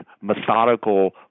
methodical